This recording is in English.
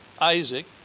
Isaac